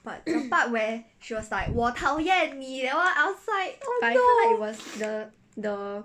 but I feel like it was the the